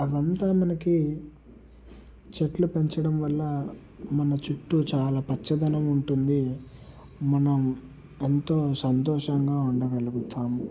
అవి అంతా మనకి చెట్లు పెంచడం వల్ల మన చుట్టూ చాలా పచ్చదనం ఉంటుంది మనం ఎంతో సంతోషంగా ఉండగలుగుతాం